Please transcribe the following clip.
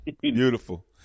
Beautiful